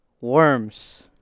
Worms